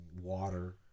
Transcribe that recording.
water